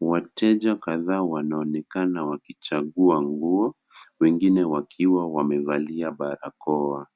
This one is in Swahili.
Wateja kadhaa wanaonekana wakichagua nguo wengine wakiwa wamevalia barakoa.